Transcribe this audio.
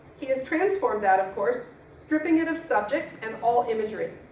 he has transformed that of course, stripping it of subject and all imagery,